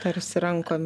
tarsi rankom